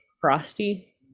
frosty